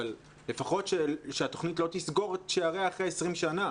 אבל לפחות שהתוכנית לא תסגור את שעריה אחרי 20 שנים.